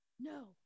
no